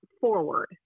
forward